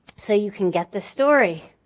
so you can get the story.